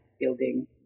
building